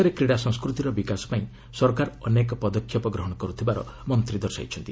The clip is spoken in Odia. ଦେଶରେ କ୍ରୀଡ଼ା ସଂସ୍କୃତିର ବିକାଶପାଇଁ ସରକାର ଅନେକ ପଦକ୍ଷେପ ଗ୍ରହଣ କର୍ତ୍ଥବାର ମନ୍ତ୍ରୀ ଦର୍ଶାଇଛନ୍ତି